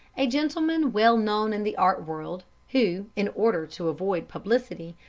a gentleman well known in the art world, who, in order to avoid publicity,